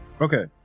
Okay